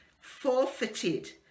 forfeited